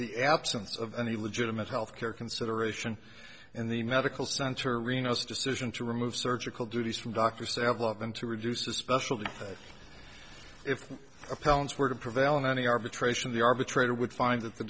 the absence of any legitimate health care consideration in the medical center reno's decision to remove surgical duties from doctor several of them to reduce especially if appellants were to prevail in any arbitration the arbitrator would find that the